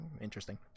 Interesting